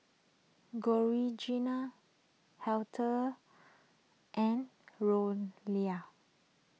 Georgina Heather and